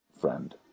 friend